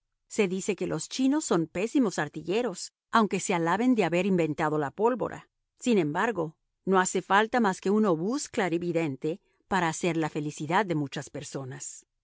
se dice que los chinos son pésimos artilleros aunque se alaben de haber inventado la pólvora sin embargo no hace falta más que un obús clarividente para hacer la felicidad de muchas personas